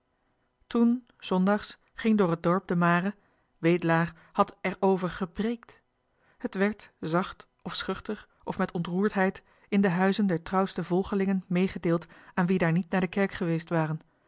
s zondags ging door het dorp de mare wedelaar had erover gepreekt het werd zacht of schuchter of met ontroerdheid in de huizen der trouwste volgelingen meegedeeld aan wie daar niet naar de kerk geweest waren